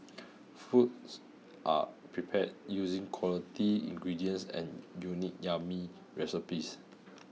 foods are prepared using quality ingredients and unique yummy recipes